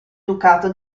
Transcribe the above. ducato